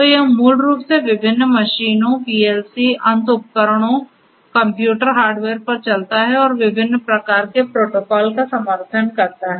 तो यह मूल रूप से विभिन्न मशीनों PLC अंत उपकरणों कंप्यूटर हार्डवेयर पर चलता है और विभिन्न प्रकार के प्रोटोकॉल का समर्थन करता है